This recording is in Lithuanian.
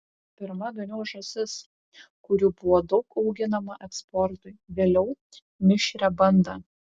pirma ganiau žąsis kurių buvo daug auginama eksportui vėliau mišrią bandą